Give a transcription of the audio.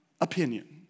opinion